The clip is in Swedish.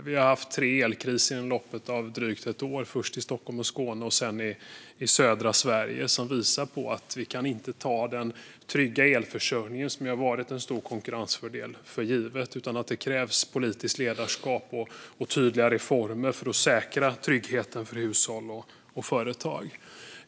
Vi har haft tre elkriser inom loppet av drygt ett år, först i Stockholm och Skåne och sedan i södra Sverige, som visar att vi inte kan ta den trygga elförsörjningen, som har varit en stor konkurrensfördel, för given utan att det krävs politiskt ledarskap och tydliga reformer för att säkra tryggheten för hushåll och företag.